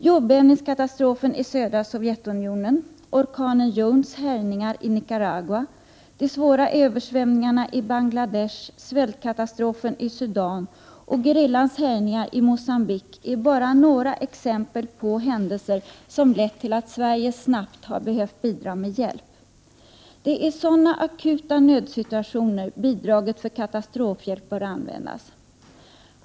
Jordbävningskatastrofen i södra Sovjetunionen, orkanen Joans härjningar i Nicaragua, de svåra översvämningarna i Bangladesh, svältkatastrofen i Sudan och gerillans härjningar i Mogambique är bara några exempel på händelser som lett till att Sverige snabbt har behövt bidra med hjälp. Det är i sådana akuta nödsituationer som bidraget för katastrofhjälp bör användas.